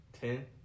Ten